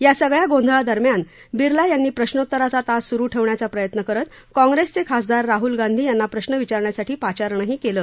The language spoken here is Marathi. या सगळ्या गोंधळादरम्यानही बिर्ला यांनी प्रश्नेत्तराचा तास सुरु ठेवण्याचा प्रयत्न करत काँप्रेसचे खासदार राहुल गांधी यांना प्रश्न विचारण्यासाठी पाचारणही केलं